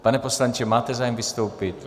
Pane poslanče, máte zájem vystoupit?